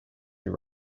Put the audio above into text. your